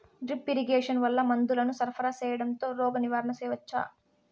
Drip irrigation వల్ల మందులను సరఫరా సేయడం తో రోగ నివారణ చేయవచ్చా?